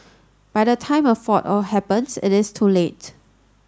by the time a fault happens it is too late